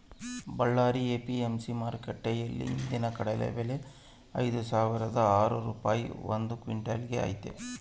Ballari APMC ಮಾರುಕಟ್ಟೆಯಲ್ಲಿ ಇಂದಿನ ಕಡಲೆ ಬೆಲೆ ಐದುಸಾವಿರದ ಆರು ರೂಪಾಯಿ ಒಂದು ಕ್ವಿನ್ಟಲ್ ಗೆ ಐತೆ